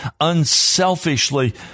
unselfishly